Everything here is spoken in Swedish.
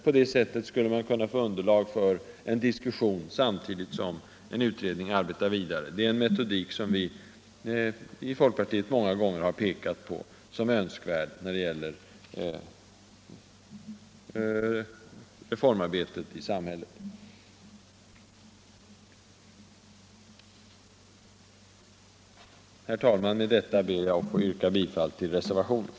På det sättet skulle man få underlag för en diskussion samtidigt som en utredning arbetar vidare. Det är en metodik som vi i folkpartiet många gånger har förordat som önskvärd när det gäller reformarbetet i samhället. Herr talman! Med detta ber jag att få yrka bifall till reservationen.